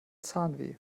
zahnweh